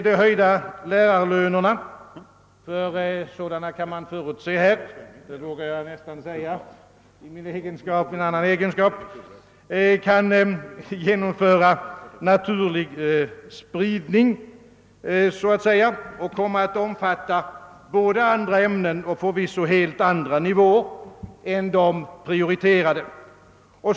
De höjda lärarlönerna — sådana kan man förut se, det vågar jag nästan säga i en annan egenskap än riksdagsmannens — kan nämligen medföra så att säga naturlig spridning och komma att omfatta både andra ämnen än de prioriterade och förvisso en helt annan nivå.